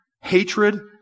hatred